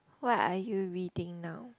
what are you reading now